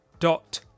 dot